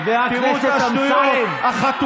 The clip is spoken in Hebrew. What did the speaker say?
חבר הכנסת אמסלם.